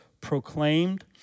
proclaimed